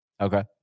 Okay